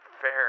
Fair